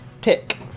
tick